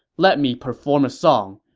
let me perform a song,